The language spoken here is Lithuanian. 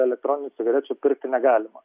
elektroninių cigarečių pirkti negalima